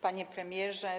Panie Premierze!